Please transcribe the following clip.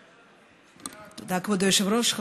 תודה, כבוד היושב-ראש.